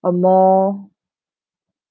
a more